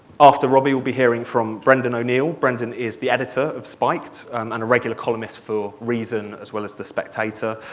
after robby, we'll be hearing from brendan o'neill. brendan is the editor of spiked and a regular columnist for reason, as well as the spectator.